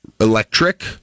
Electric